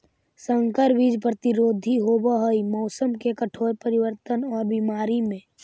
संकर बीज प्रतिरोधी होव हई मौसम के कठोर परिवर्तन और बीमारी में